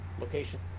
location